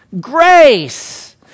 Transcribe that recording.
grace